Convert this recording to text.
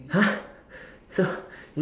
!huh! so